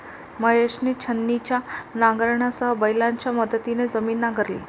महेशने छिन्नीच्या नांगरासह बैलांच्या मदतीने जमीन नांगरली